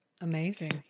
Amazing